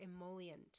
emollient